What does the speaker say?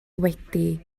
wedi